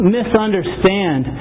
misunderstand